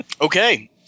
Okay